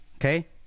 Okay